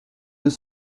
deux